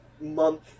month